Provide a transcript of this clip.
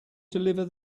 deliver